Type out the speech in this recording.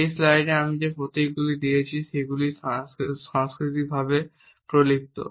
এই স্লাইডে আমি যে প্রতীকগুলি দিয়েছি সেগুলি সাংস্কৃতিকভাবে প্রলিপ্ত